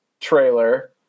trailer